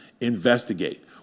Investigate